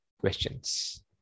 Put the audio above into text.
questions